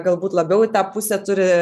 galbūt labiau į tą pusę turi